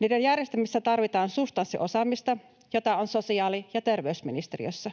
Niiden järjestämisessä tarvitaan substanssiosaamista, jota on sosiaali‑ ja terveysministeriössä.